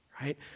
right